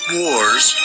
wars